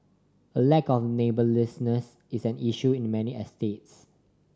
a lack of neighbourliness is an issue in many estates